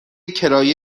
کرایه